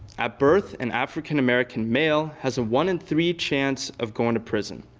at birth an african-american male has a one in three chance of going to prison.